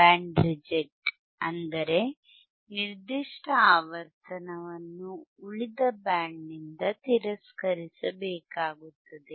band reject ಅಂದರೆ ನಿರ್ದಿಷ್ಟ ಆವರ್ತನವನ್ನು ಉಳಿದ ಬ್ಯಾಂಡ್ನಿಂದ ತಿರಸ್ಕರಿಸಬೇಕಾಗುತ್ತದೆ